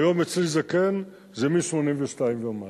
היום, אצלי זקן זה מ-82 ומעלה,